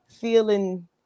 feeling